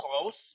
close